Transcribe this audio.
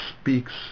speaks